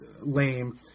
lame